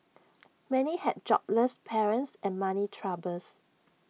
many had jobless parents and money troubles